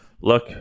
Look